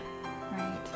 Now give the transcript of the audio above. Right